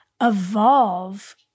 evolve